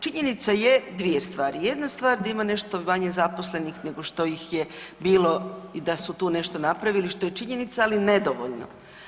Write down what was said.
Činjenica je dvije stvari, jedna stvar da ima nešto manje zaposlenih nego što ih je bilo i da su tu nešto napravili što je činjenica ali nedovoljno.